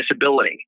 disability